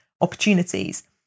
opportunities